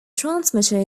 transmitter